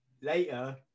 later